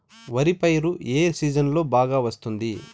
వరి పైరు ఏ సీజన్లలో బాగా వస్తుంది